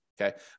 okay